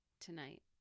tonight